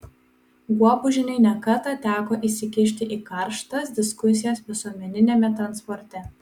guobužienei ne kartą teko įsikišti į karštas diskusijas visuomeniniame transporte